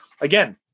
again